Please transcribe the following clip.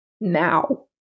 Now